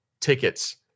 tickets